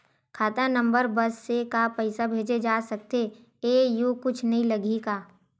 खाता नंबर बस से का पईसा भेजे जा सकथे एयू कुछ नई लगही का?